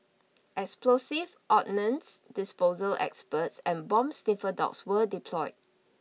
explosives ordnance disposal experts and bomb sniffer dogs were deployed